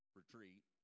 retreat